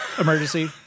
emergency